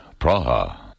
Praha